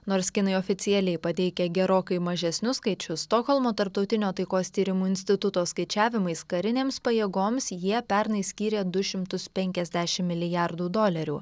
nors kinai oficialiai pateikė gerokai mažesnius skaičius stokholmo tarptautinio taikos tyrimų instituto skaičiavimais karinėms pajėgoms jie pernai skyrė du šimtus penkiasdešimt milijardų dolerių